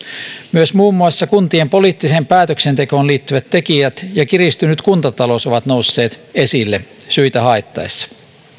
myös muun muassa kuntien poliittiseen päätöksentekoon liittyvät tekijät ja kiristynyt kuntatalous ovat nousseet esille syitä haettaessa